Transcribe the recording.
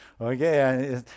okay